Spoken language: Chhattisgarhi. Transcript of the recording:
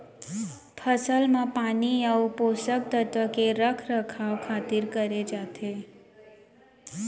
फसल म पानी अउ पोसक तत्व के रख रखाव खातिर करे जाथे